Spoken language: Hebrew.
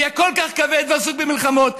יהיה כל כך כבד ועסוק במלחמות.